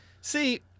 See